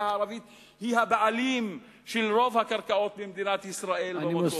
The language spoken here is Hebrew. הערבית היא הבעלים של רוב הקרקעות במדינת ישראל במקור.